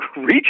reach